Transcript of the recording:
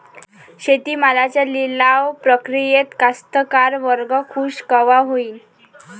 शेती मालाच्या लिलाव प्रक्रियेत कास्तकार वर्ग खूष कवा होईन?